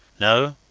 no?